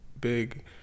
big